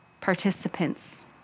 participants